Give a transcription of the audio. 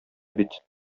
бит